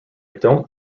don’t